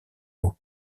mot